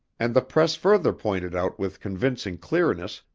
and the press further pointed out with convincing clearness,